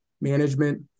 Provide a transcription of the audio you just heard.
management